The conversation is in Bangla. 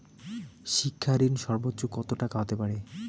শিক্ষা ঋণ সর্বোচ্চ কত টাকার হতে পারে?